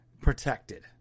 protected